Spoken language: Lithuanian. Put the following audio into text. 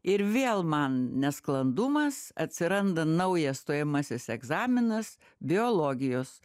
ir vėl man nesklandumas atsiranda naujas stojamasis egzaminas biologijos